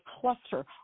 cluster